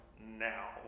now